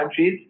timesheets